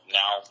now